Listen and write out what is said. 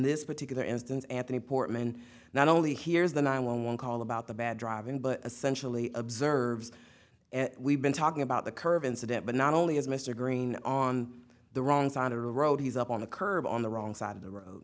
this particular instance anthony portman not only hears the nine one one call about the bad driving but essentially observes and we've been talking about the curve incident but not only as mr green on the wrong side of the road he's up on the curb on the wrong side of the road